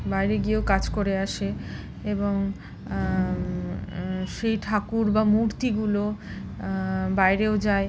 বাইরে গিয়েও কাজ করে আসে এবং সেই ঠাকুর বা মূর্তিগুলো বাইরেও যায়